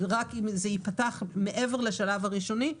רק אם זה ייפתח מעבר לשלב הראשוני,